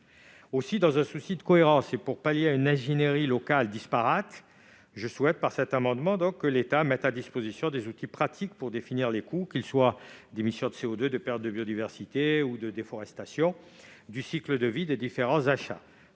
Aussi, dans un souci de cohérence et pour pallier les insuffisances d'ingénieries locales disparates, nous souhaitons, par cet amendement, que l'État mette à disposition des outils pratiques pour définir les coûts, que ce soit en matière d'émission de CO2, de perte de biodiversité ou de déforestation, du cycle de vie des différents achats.